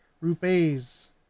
rupees